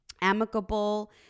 amicable